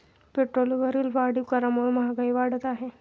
पेट्रोलवरील वाढीव करामुळे महागाई वाढत आहे